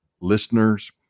listeners